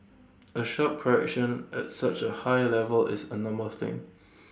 A sharp correction at such A high level is A normal thing